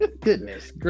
Goodness